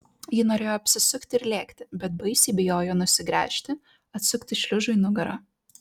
ji norėjo apsisukti ir lėkti bet baisiai bijojo nusigręžti atsukti šliužui nugarą